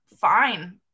fine